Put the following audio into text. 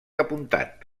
apuntat